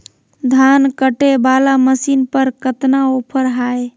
धान कटे बाला मसीन पर कतना ऑफर हाय?